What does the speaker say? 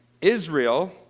Israel